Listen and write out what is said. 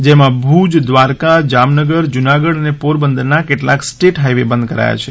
જેમાં ભુજ દ્વારકા જામનગર જૂનાગઢ અને પોરબંદરના કેટલાંક સ્ટેટ હાઇવે બંધ કરાયા છે